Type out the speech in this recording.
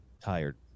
tired